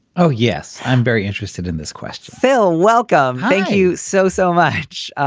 oh, yes. i'm very interested in this quest. phil, welcome. thank you so, so much.